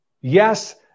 yes